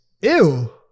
Ew